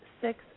six